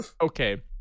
Okay